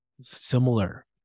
similar